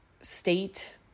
state